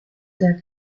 der